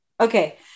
Okay